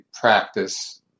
practice